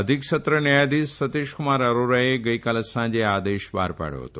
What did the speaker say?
અધિક સત્ર ન્યાયાધીશ સતીષકુમાર આરોરાએ ગઇકાલે સાંજે આ આદેશ બહાર પાડ્યો હતો